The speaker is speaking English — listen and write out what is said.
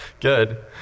Good